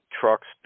Trucks